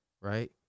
right